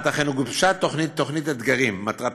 אתה מקבל את זה, עד מחר אחרי הצהריים זה נמצא